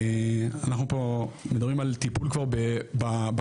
אנחנו פה מדברים על טיפול כבר בקצה,